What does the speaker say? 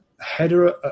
header